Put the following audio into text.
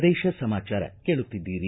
ಪ್ರದೇಶ ಸಮಾಚಾರ ಕೇಳುತ್ತಿದ್ದೀರಿ